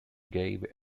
gave